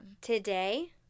Today